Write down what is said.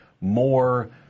more